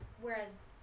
whereas